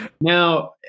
Now